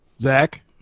Zach